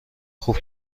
خوب